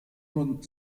nun